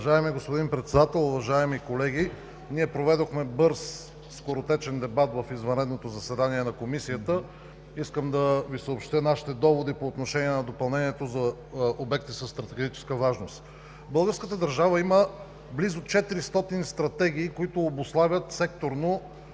Българската държава има близо 400 стратегии, които обуславят секторно